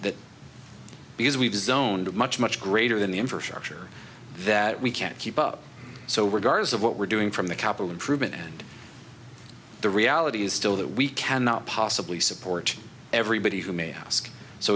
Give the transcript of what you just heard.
zoned much much greater than the infrastructure that we can't keep up so regardless of what we're doing from the capital improvement and the reality is still that we cannot possibly support everybody who may ask so